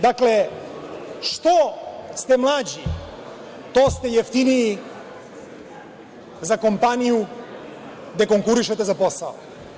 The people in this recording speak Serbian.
Dakle, što ste mlađi to ste jeftiniji za kompaniju gde konkurišete za posao.